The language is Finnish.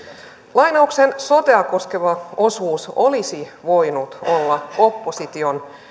lainauksen sotea koskeva osuus olisi voinut olla opposition